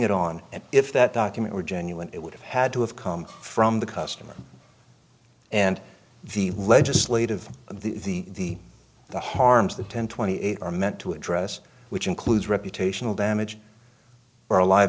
it on and if that document were genuine it would have had to have come from the customer and the legislative the the harms the ten twenty eight are meant to address which includes reputational damage or alive